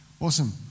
Awesome